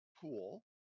pool